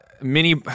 Mini